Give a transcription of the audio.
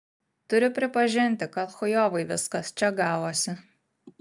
turiu pripažinti kad chujovai viskas čia gavosi